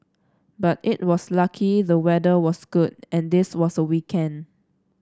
but it was lucky the weather was good and this was a weekend